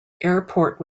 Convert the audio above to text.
airport